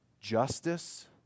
justice